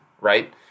right